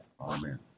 Amen